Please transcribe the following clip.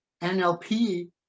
NLP